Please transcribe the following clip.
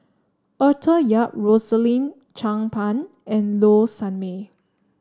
Arthur Yap Rosaline Chan Pang and Low Sanmay